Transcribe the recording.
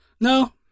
No